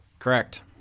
Correct